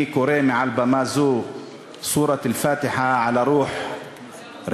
אני קורא מעל במה זו סורת אל-פאתחה (בערבית: לעילוי נשמתה